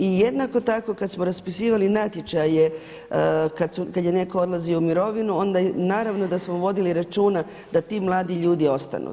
I jednako tako kad smo raspisivali natječaje kad je netko odlazio u mirovinu onda naravno da smo vodili računa da ti mladi ljudi ostanu.